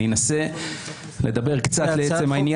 אני אנסה לדבר קצת לעצם העניין.